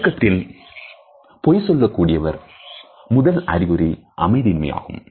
நடுக்கத்தில் பொய் சொல்லக்கூடியபர் முதல் அறிகுறி அமைதியின்மை ஆகும்